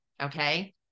okay